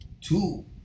Two